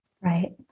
Right